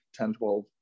10-12